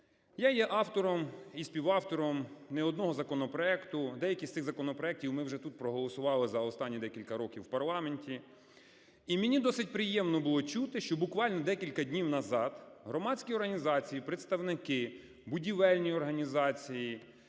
Я є автором і співавтором не одного законопроекту. Деякі з цих законопроектів ми вже тут проголосували за останні декілька років в парламенті. І мені досить приємно було чути, що буквально декілька днів назад громадські організації, представники, будівельні організації,